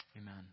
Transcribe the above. Amen